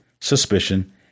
suspicion